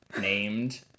named